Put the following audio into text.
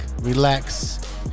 relax